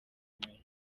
gakomeye